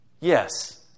Yes